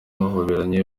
bahoberanye